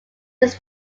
his